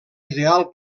ideal